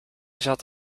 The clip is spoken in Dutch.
zat